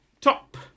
Top